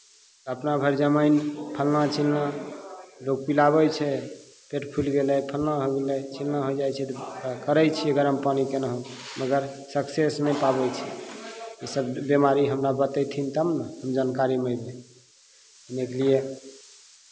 अपना भरि जमाइन फल्लाँ चिल्लाँ लोग पिलाबै छै पेट फुलि गेलै फल्लाँ होय गेलै चिल्लाँ होय जाइ छै तऽ करै छियै गरम पानि केनाहूँ मगर सक्सेस नहि पाबै छै इसब बेमारी हमरा बतयथिन तब ने हम जानकारीमे अयबै इने के लिए